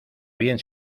bien